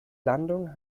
landung